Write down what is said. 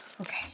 Okay